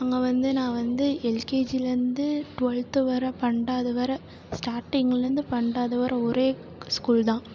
அங்கே வந்து நான் வந்து எல்கேஜிலேருந்து டுவெல்த்து வர பன்னெண்டாவது வர ஸ்டார்டிங்லேருந்து பன்னெண்டாவது வரை ஒரே ஸ்கூல் தான்